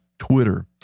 Twitter